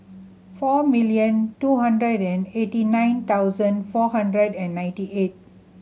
four million two hundred and eighty nine thousand four hundred and ninety eight